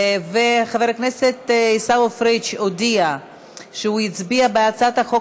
וחבר הכנסת עיסאווי פריג' הודיע שהוא הצביע בהצעת החוק